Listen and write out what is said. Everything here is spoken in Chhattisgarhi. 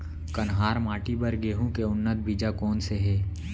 कन्हार माटी बर गेहूँ के उन्नत बीजा कोन से हे?